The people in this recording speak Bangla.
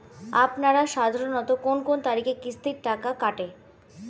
আপনারা সাধারণত কোন কোন তারিখে কিস্তির টাকা কাটে?